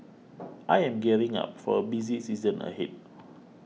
I am gearing up for a busy season ahead